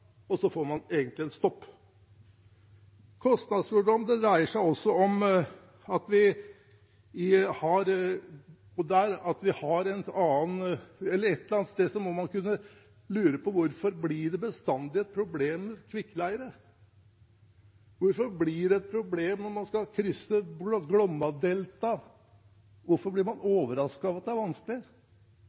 og så får man egentlig en stopp. Kostnadskontroll dreier seg også bl.a. om hvorfor det bestandig blir et problem med kvikkleire. Hvorfor blir det et problem om man skal krysse Glomma-deltaet, hvorfor blir man overrasket over at det er